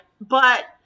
but-